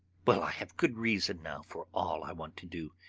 well, i have good reason now for all i want to do.